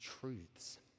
truths